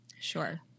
Sure